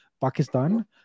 Pakistan